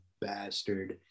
bastard